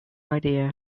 idea